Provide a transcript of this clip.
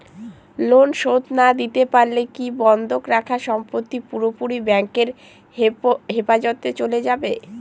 Loan শোধ না দিতে পারলে কি বন্ধক রাখা সম্পত্তি পুরোপুরি ব্যাংকের হেফাজতে চলে যাবে?